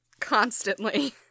constantly